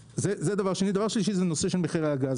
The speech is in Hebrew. הדבר השלישי הוא הנושא של מחירי הגז.